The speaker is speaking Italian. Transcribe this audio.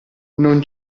non